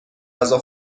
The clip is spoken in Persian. غذا